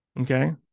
okay